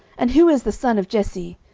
and who is the son of jesse?